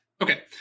Okay